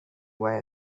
why